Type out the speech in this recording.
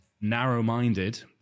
narrow-minded